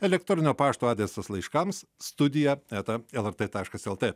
elektroninio pašto adresas laiškams studija eta lrt taškas lt